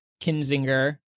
kinzinger